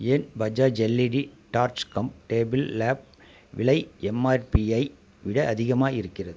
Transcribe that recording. ஏன் Bajaj LED torch cum table lamp விலை எம் ஆர்பியை விட அதிகமாக இருக்கிறது